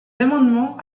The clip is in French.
amendements